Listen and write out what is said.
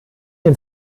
den